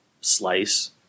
slice